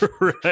Right